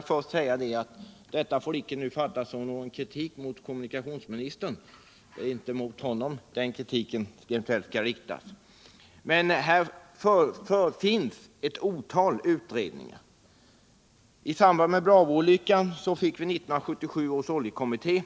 Då vill jag först säga att detta inte får fattas som någon kritik mot kommunikationsministern — det är inte främst mot honom kritiken skall riktas. Men här finns ett otal utredningar. I samband med Bravoolyckan fick vi 1977 års oljekommitté,